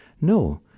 No